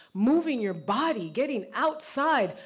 moving your body, getting outside,